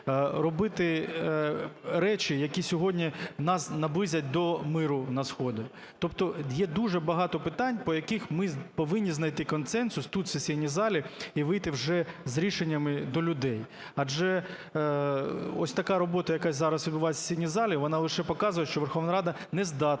Робити речі, які сьогодні нас наблизять до миру на Сході. Тобто є дуже багато питань, по яких ми повинні знайти консенсус тут, в сесійній залі, і вийти вже з рішеннями до людей. Адже ось така робота, яка зараз велась в сесійній залі, вона лише показує, що Верховна Рада не здатна